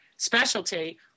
Specialty